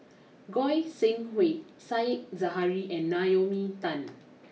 Goi Seng Hui Said Zahari and Naomi Tan